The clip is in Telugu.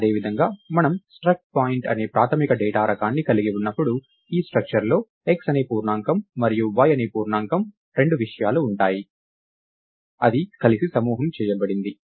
అదేవిధంగా మనము struct పాయింట్ అనే ప్రాథమిక డేటా రకాన్ని కలిగి ఉన్నప్పుడు ఈ స్ట్రక్చర్లో x అనే పూర్ణాంకం మరియు y అనే పూర్ణాంకం అనే రెండు విషయాలు ఉంటాయి అది కలిసి సమూహం చేయబడింది